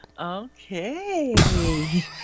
okay